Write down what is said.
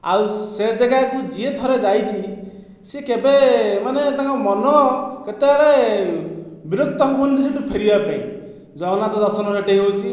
ଆଉ ସେ ଜାଗାକୁ ଯିଏ ଥରେ ଯାଇଛି ସେ କେବେ ମାନେ ତାଙ୍କ ମନ କେତେବେଳେ ବିରକ୍ତ ହେବନାହିଁ ଯେ ସେଠୁ ଫେରିବା ପାଇଁ ଜଗନ୍ନାଥ ଦର୍ଶନ ସେଠି ହେଉଛି